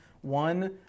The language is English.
one